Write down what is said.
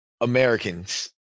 Americans